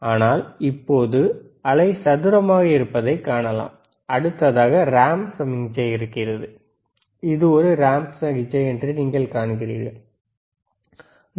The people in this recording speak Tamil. ஆனால் இப்போது அலை சதுரமாக இருப்பதைக் காணலாம் அடுத்ததாக ரேம்ப் சமிக்ஞை உள்ளது இது ஒரு ரேம்ப் சமிக்ஞை என்று நீங்கள் காண்கிறீர்கள் சரி